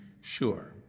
sure